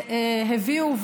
הביאו,